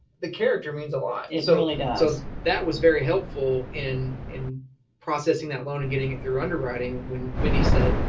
the character means a lot. it so really does. so that was very helpful in in processing that loan and getting it through underwriting. when when he said,